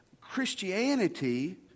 Christianity